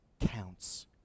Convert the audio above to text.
counts